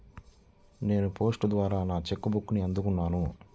నేను పోస్ట్ ద్వారా నా చెక్ బుక్ని అందుకున్నాను